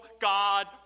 God